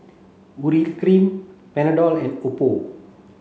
Urea cream Panadol and Oppo